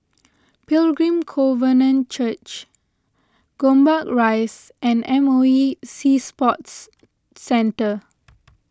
Pilgrim Covenant Church Gombak Rise and M O E Sea Sports Centre